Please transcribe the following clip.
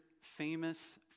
famous